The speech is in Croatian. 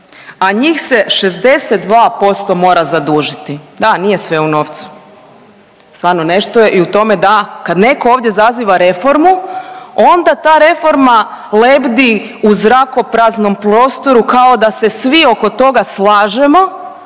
a njih je 62% mora zadužiti. Da, nije sve u novcu. Stvarno nešto je i u tome da kad netko ovdje zaziva reformu onda ta reforma lebdi u zrakopraznom prostoru kao dao se svi oko toga slažemo